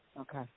Okay